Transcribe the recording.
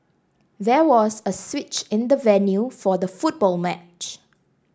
there was a switch in the venue for the football match